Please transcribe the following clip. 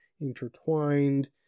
intertwined